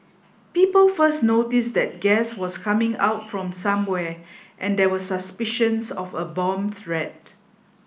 people first noticed that gas was coming out from somewhere and there were suspicions of a bomb threat